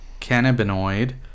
cannabinoid